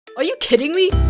are you kidding me?